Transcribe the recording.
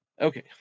Okay